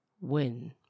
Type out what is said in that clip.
win